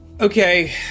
Okay